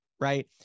right